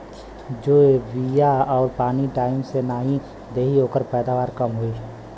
जे बिया आउर पानी टाइम से नाई देई ओकर पैदावार कम होई